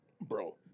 Bro